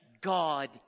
God